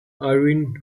irene